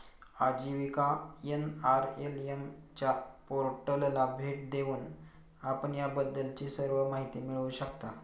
आजीविका एन.आर.एल.एम च्या पोर्टलला भेट देऊन आपण याबद्दलची सर्व माहिती मिळवू शकता